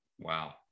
wow